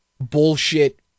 bullshit